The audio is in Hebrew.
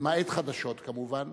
למעט חדשות, כמובן,